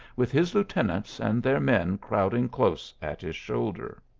with his lieutenants and their men crowding close at his shoulder.